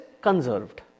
conserved